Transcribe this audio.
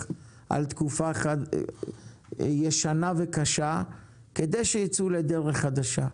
על תקופה ישנה וקשה כדי שייצאו לדרך חדשה.